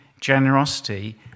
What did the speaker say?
generosity